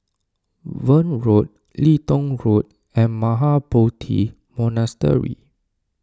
Verde Road Leedon Road and Mahabodhi Monastery